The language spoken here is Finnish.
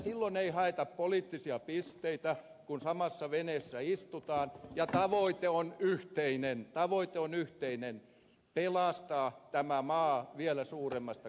silloin ei haeta poliittisia pisteitä kun samassa veneessä istutaan ja tavoite on yhteinen pelastaa tämä maa vielä suuremmasta katastrofista